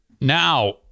now